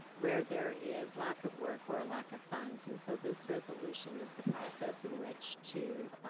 where there is lack of work or a lack of funds. and so this resolution is the process in which to